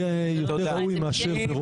יהיה יותר ראוי מאשר ברוב.